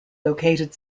located